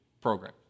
program